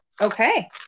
Okay